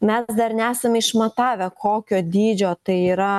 mes dar nesam išmatavę kokio dydžio tai yra